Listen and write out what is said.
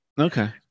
Okay